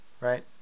right